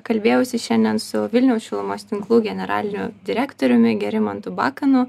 kalbėjausi šiandien su vilniaus šilumos tinklų generaliniu direktoriumi gerimantu bakanu